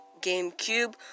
GameCube